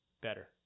better